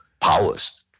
powers